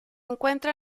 encuentra